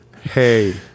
Hey